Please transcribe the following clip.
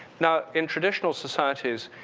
now, in traditional societies,